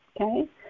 Okay